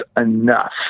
enough